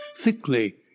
thickly